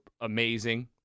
amazing